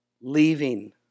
leaving